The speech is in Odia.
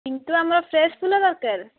କିନ୍ତୁ ଆମର ଫ୍ରେସ୍ ଫୁଲ ଦରକାର